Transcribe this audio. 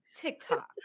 TikTok